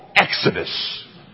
Exodus